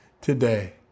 today